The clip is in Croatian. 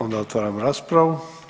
Onda otvaram raspravu.